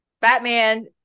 batman